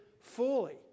fully